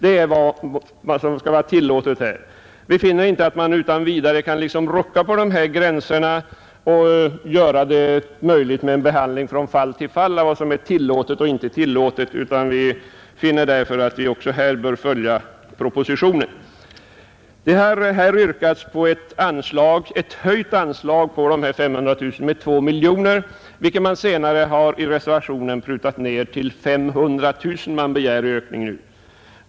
Man kan inte utan vidare rucka på dessa gränser och göra det möjligt med en behandling från fall till fall av vad som är tillåtet och inte tillåtet. Utskottet finner därför att vi också här bör följa propositionen. Det har motionsvis yrkats på en höjning av anslaget med 2 000 000, vilket man senare i reservationen har prutat ned till 500 000.